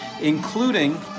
including